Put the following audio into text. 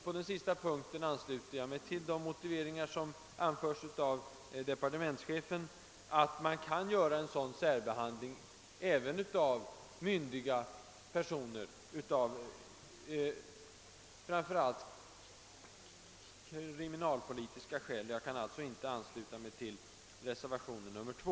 På den sista punkten ansluter jag mig till de motiveringar som anförs av departementschefen. Det bör vara möjligt att göra en sådan särbehandling även av myndiga personer, framför allt av kriminalpolitiska skäl. Jag kan således inte tillstyrka reservationen 2.